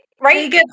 right